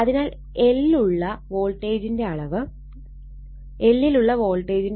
അതിനാൽ L ൽ ഉള്ള വോൾട്ടേജിന്റെ അളവ് VL I Lω